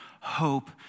hope